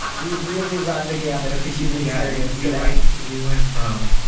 um we've really run the gamut of the human experience yeah we went from